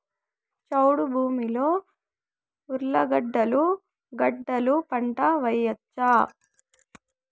చౌడు భూమిలో ఉర్లగడ్డలు గడ్డలు పంట వేయచ్చా?